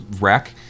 wreck